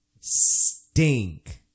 stink